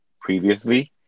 previously